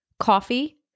coffee